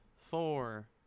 four